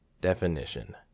Definition